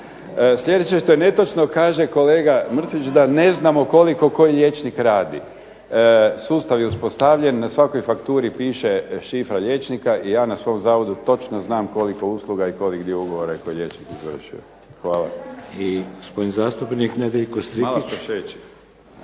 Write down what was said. Sljedeće što je netočno kaže kolega Mrsić kaže da ne znamo koliko koji liječnik radi. Sustav je uspostavljen, na svakoj fakturi piše šifra liječnika i ja na svom zavodu točno znam koliko usluga i koji dio ugovora je koji liječnik izvršio. Hvala.